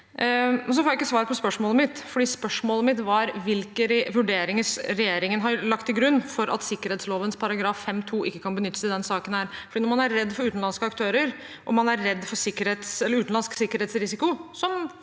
Jeg får ikke svar på spørsmålet mitt, for spørsmålet mitt var hvilke vurderinger regjeringen har lagt til grunn for at sikkerhetsloven § 5-2 ikke kunne benyttes i denne saken. Når man er redd for utenlandske aktører, og man er redd for utenlandsk sikkerhetsrisiko